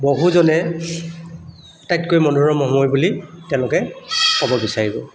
বহুজনে আটাইতকৈ মনোৰম সময় বুলি তেওঁলোকে ক'ব বিচাৰিব